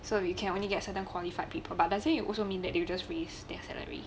so you can only get certain qualified people but does that you also mean that you just raised their salary